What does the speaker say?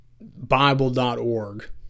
Bible.org